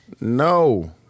No